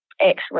Excellent